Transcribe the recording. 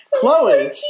Chloe